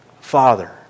Father